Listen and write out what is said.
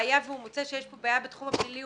והיה והוא מוצא שיש פה בעיה בתחום הפלילי,